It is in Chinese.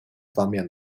方面